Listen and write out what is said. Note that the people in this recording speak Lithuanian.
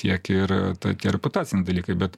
tiek ir ta tie reputaciniai dalykai bet